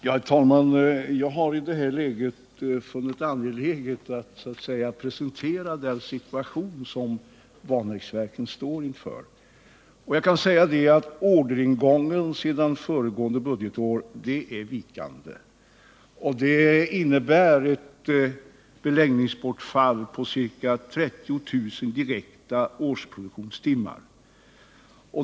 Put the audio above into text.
Herr talman! Jag har i det här läget funnit det angeläget att presentera den situation som Vanäsverken står inför. Jag kan säga att orderingången sedan föregående budgetår är vikande. Det innebär ett beläggningsbortfall på ca 30 000 direkta årsproduktionstimmar.